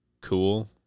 cool